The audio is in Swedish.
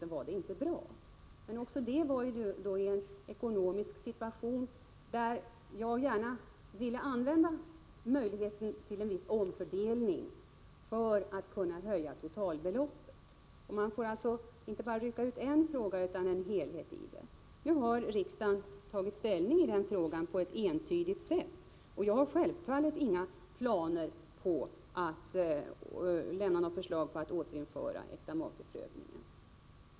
Det var inte bra ur den synpunkten. Men också det skedde i en ekonomisk situation där jag gärna ville använda mig av möjligheten till en viss omfördelning för att kunna höja totalbeloppet. Man får inte bara rycka ut en detalj, utan systemet måste ses som en helhet. Riksdagen har tagit ställning i den frågan på ett entydigt sätt. Jag har självfallet inga planer på att lägga fram förslag om återinförande av äktamakeprövningen.